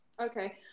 Okay